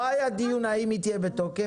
לא היה דיון האם היא בתוקף,